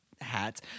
hats